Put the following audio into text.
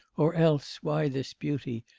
or else, why this beauty,